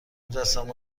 مجسمه